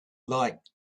like